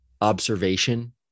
observation